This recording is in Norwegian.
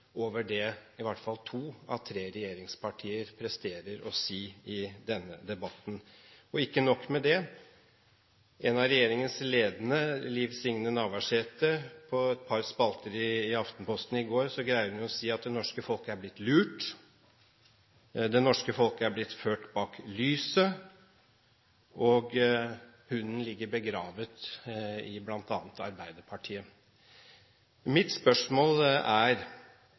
over det i hvert fall to av tre regjeringspartier presterer å si i denne debatten. Ikke nok med det: En av regjeringens ledende personer, Liv Signe Navarsete, greide over et par spalter i Aftenposten i går å si at det norske folk er blitt «lurt», det norske folk er blitt «ført bak lyset», og hunden ligger begravet i bl.a. Arbeiderpartiet. Mitt spørsmål er